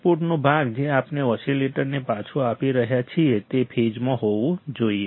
આઉટપુટનો ભાગ જે આપણે ઓસીલેટરને પાછું આપી રહ્યા છીએ તે ફેઝમાં હોવું જોઈએ